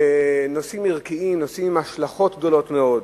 נושאים ערכיים, נושאים עם השלכות גדולות מאוד,